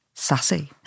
sassy